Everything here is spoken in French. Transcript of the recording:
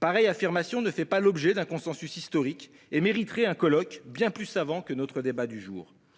Pareille affirmation ne fait pas l'objet d'un consensus historique et mériterait un colloque bien plus savant que notre débat du jour.